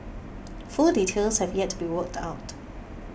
full details have yet to be worked out